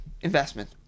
investment